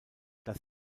das